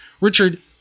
Richard